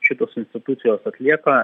šitos institucijos atlieka